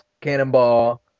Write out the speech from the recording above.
Cannonball